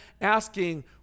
asking